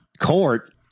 court